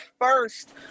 first